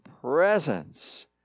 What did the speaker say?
presence